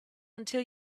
until